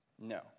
No